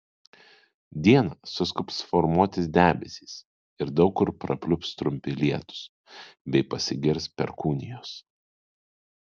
dieną suskubs formuotis debesys ir daug kur prapliups trumpi lietūs bei pasigirs perkūnijos